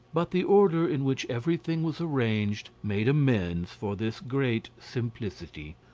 but the order in which everything was arranged made amends for this great simplicity.